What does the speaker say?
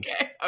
okay